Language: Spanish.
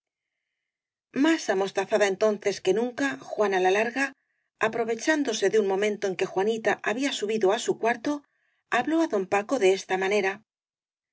más amostazada entonces que nunca juana la larga aprovechándose de un momento en que juanita había subido á su cuarto habló á don paco de esta manera